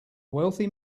wealthy